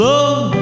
Love